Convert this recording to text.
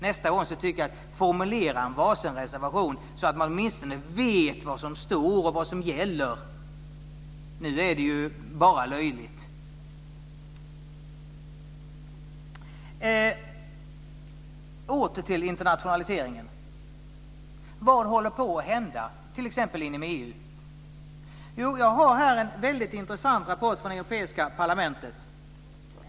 Nästa gång tycker jag att ni kan formulera var sin reservation, så att man åtminstone vet vad som står och vad som gäller. Nu är det bara löjligt. Jag kommer nu tillbaka till internationaliseringen. Vad håller på att hända, t.ex. inom EU? Jag har här en väldigt intressant rapport från Europaparlamentet.